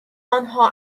آنها